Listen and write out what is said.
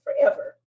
forever